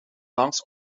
langs